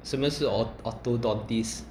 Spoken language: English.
什么是 or ortho~ orthodontist